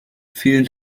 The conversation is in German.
vielen